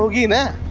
you mad